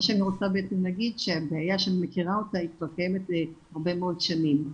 מה שאני רוצה להגיד שהבעיה שאני מכירה אותה קיימת כבר הרבה מאוד שנים.